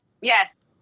yes